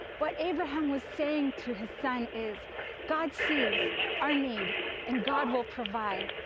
what abraham was saying to his son, is god sees our need and god will provide.